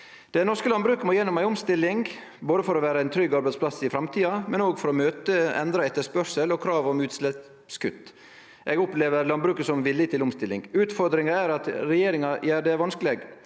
Det norske landbruket må gjennom ei omstilling både for å vere ein trygg arbeidsplass i framtida og for å møte endra etterspørsel og krav om utsleppskutt. Eg opplever landbruket som villig til omstilling. Utfordringa er at regjeringa gjer det vanskeleg.